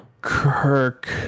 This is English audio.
Kirk